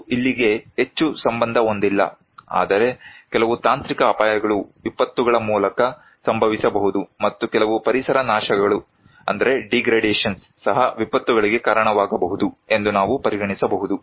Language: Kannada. ನಾವು ಇಲ್ಲಿಗೆ ಹೆಚ್ಚು ಸಂಬಂಧ ಹೊಂದಿಲ್ಲ ಆದರೆ ಕೆಲವು ತಾಂತ್ರಿಕ ಅಪಾಯಗಳು ವಿಪತ್ತುಗಳ ಮೂಲಕ ಸಂಭವಿಸಬಹುದು ಮತ್ತು ಕೆಲವು ಪರಿಸರ ನಾಶಗಳು ಸಹ ವಿಪತ್ತುಗಳಿಗೆ ಕಾರಣವಾಗಬಹುದು ಎಂದು ನಾವು ಪರಿಗಣಿಸಬಹುದು